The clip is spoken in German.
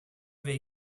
wer